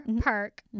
park